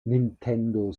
nintendo